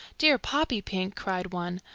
dear poppypink, cried one,